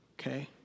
Okay